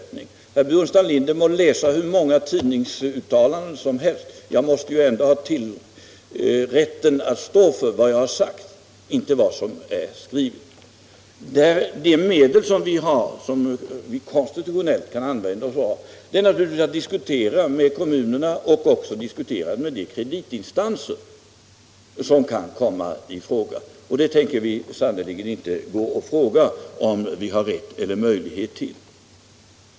Herr Burenstam Linder må läsa hur många tidningsuttalanden som helst — jag måste ju ändå ha rätten att stå för vad jag har sagt och inte för vad som har skrivits. De medel som vi konstitutionellt kan använda är att diskutera med kommunerna och med de kreditinstanser som kan komma i fråga för upplåningsbehoven. Herr Ullsten beskärmar sig också över Luleås situation.